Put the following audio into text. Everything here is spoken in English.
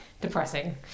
depressing